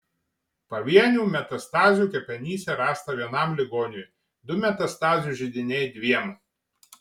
pavienių metastazių kepenyse rasta vienam ligoniui du metastazių židiniai dviem